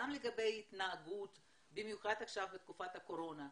גם לגבי התנהגות, במיוחד עכשיו בתקופת הקורונה.